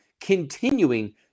continuing